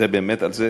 זה באמת על זה?